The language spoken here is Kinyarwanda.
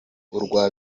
urwa